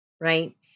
right